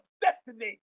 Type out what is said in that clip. destiny